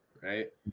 right